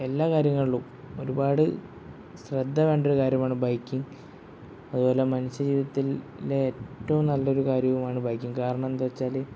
എല്ലാ കാര്യങ്ങളിലും ഒരുപാട് ശ്രദ്ധ വേണ്ടൊരു കാര്യമാണ് ബൈക്കിങ് അതുപോലെ മനുഷ്യജീവിതത്തിലെ ഏറ്റവും നല്ലൊരു കാര്യവുമാണ് ബൈക്കിങ് കാരണം എന്താ വെച്ചാൽ